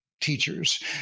teachers